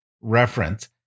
reference